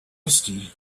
hasty